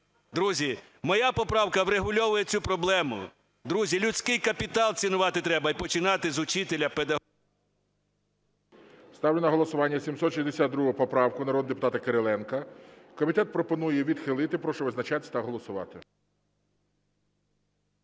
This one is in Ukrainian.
Друзі, моя поправка врегульовує цю проблему. Друзі, людський капітал цінувати треба і починати з учителя, педагога… ГОЛОВУЮЧИЙ. Ставлю на голосування 762 поправку народного депутата Кириленка. Комітет пропонує відхилити. Прошу визначатись та голосувати.